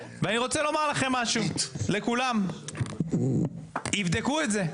ואני רוצה לומר לכם משהו, לכולם, יבדקו את זה.